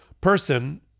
person